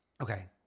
Okay